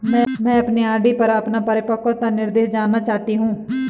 मैं अपने आर.डी पर अपना परिपक्वता निर्देश जानना चाहती हूँ